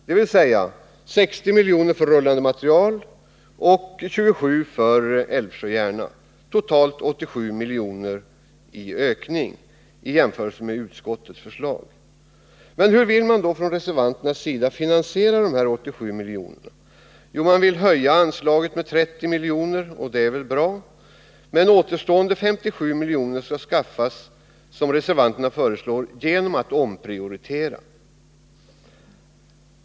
Det innebär totalt 87 miljoner i ökning av jämförelse med utskottets förslag. Hur vill man då från reservanternas sida finansiera dessa 87 miljoner? Jo, man vill höja anslaget med 30 miljoner. Men återstående 57 miljoner skaffas — som reservanterna föreslår — genom att omprioritera.